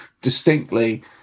distinctly